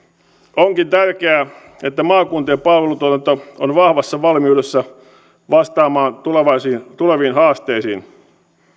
onkin tärkeää että maakuntien palvelutuotanto on vahvassa valmiudessa vastaamaan tuleviin haasteisiin